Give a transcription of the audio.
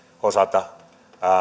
osalta